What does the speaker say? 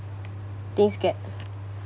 things get